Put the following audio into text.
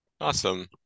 Awesome